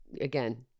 again